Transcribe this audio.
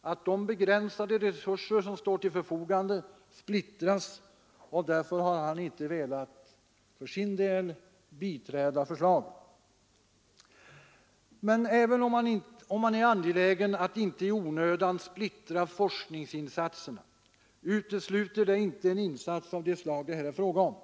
att de begränsade resurser, som står till förfogande, splittras, och därför har han inte velat för sin del biträda förslaget. Men även om man är angelägen att inte i onödan splittra forskningsinsatserna utesluter det inte en insats av det slag det här är fråga om.